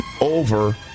over